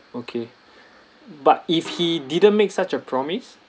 okay but if he didn't make such a promise